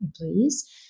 employees